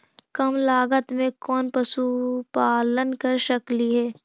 कम लागत में कौन पशुपालन कर सकली हे?